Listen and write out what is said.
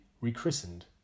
rechristened